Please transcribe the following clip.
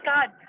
God